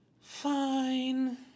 Fine